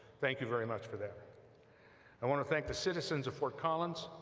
thank you very much for that i want to thank the citizens of fort collins,